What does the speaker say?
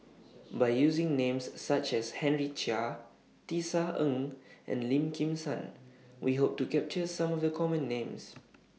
By using Names such as Henry Chia Tisa Ng and Lim Kim San We Hope to capture Some of The Common Names